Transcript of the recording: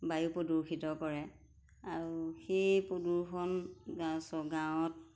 বায়ু প্ৰদূষিত কৰে আৰু সেই প্ৰদূষণ গাঁও গাঁৱত